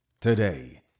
Today